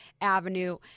Avenue